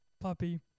puppy